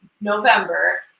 November